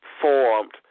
formed